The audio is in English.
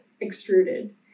extruded